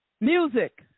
Music